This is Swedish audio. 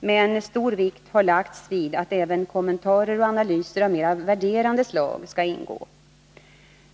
men stor vikt har lagts vid att även kommentarer och analyser av mera värderande slag skall ingå.